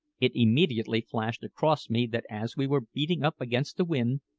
it immediately flashed across me that as we were beating up against the wind,